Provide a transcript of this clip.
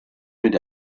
mit